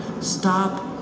Stop